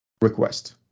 request